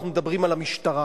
יהיה פשע בעיר,